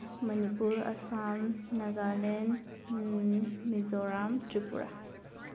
Manipur Assam Nagaland Mizoram Tripura